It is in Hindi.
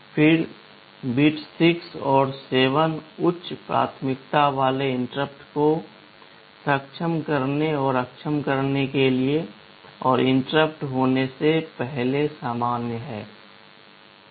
फिर बिट्स 6 और 7 उच्च प्राथमिकता वाले इंटरप्ट को सक्षम करने और अक्षम करने के लिए हैं और इंटरप्ट होने से पहले सामान्य हैं